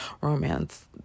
romance